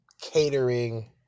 catering